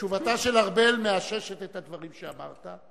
תשובתה של ארבל מאששת את הדברים שאמרת.